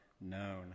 known